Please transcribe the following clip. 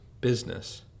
business